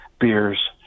beers